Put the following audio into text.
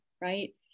Right